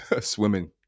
swimming